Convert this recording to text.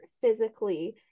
physically